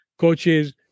coaches